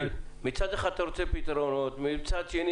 מצד אחד אתה רוצה פתרונות, מצד שני